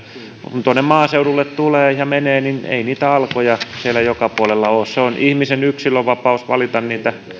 kun tuonne maaseudulle tulee ja menee ei niitä alkoja siellä joka puolella ole se on ihmisen yksilönvapaus valita niitä